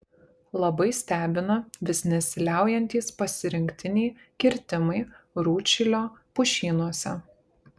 labai stebina vis nesiliaujantys pasirinktiniai kirtimai rūdšilio pušynuose